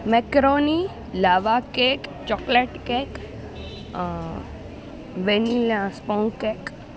macaroni lava cake chocolate cake vanilla sponge cake